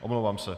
Omlouvám se.